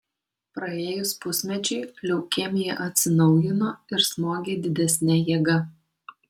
praėjus pusmečiui leukemija atsinaujino ir smogė didesne jėga